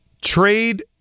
Trade